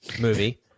movie